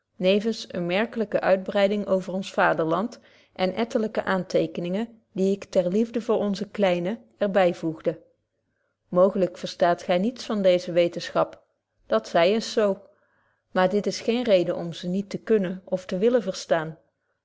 nevens eene merkelyke uitbreiding over ons vaderland en ettelyke aantekeningen die ik ter liefde voor onze kleinen er byvoegde mooglyk verstaat gy niets van deeze wetenschap dat zy eens zo maar dit is geen reden om ze niet te kunnen of te willen verstaan